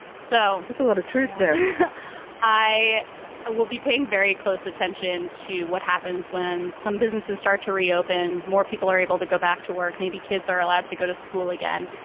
so it's a lot of truth. i will be paying very close attention to what happens when some businesses start to reopen. more people are able to go back to work. maybe kids are allowed to go to school again.